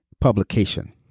publication